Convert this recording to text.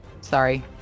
Sorry